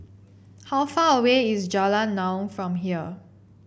how far away is Jalan Naung from here